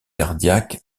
cardiaque